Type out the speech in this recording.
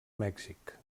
mèxic